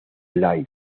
live